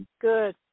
Good